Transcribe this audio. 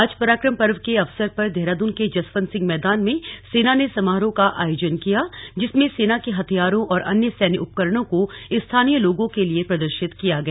आज पराक्रम पर्व के अवसर पर देहराद्न के जसवंत सिंह मैदान में सेना ने समारोह का आयोजन किया जिसमें सेना के हथियारों और अन्य सैन्य उपकरणों को स्थानीय लोगों के लिए प्रदर्शित किया गया